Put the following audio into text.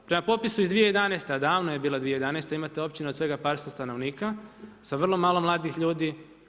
Prema popisu iz 2011., a davno je bila 2011. imate općina od svega par sto stanovnika sa vrlo malo mladih ljudi.